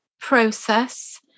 process